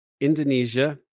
Indonesia